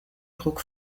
druck